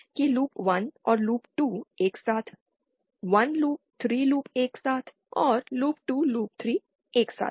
कि लूप 1 और लूप 2 एक साथ 1 लूप 3 लूप एक साथ और लूप 2 लूप 3 एक साथ हैं